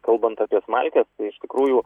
kalbant apie smalkes tai iš tikrųjų